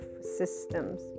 systems